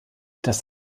das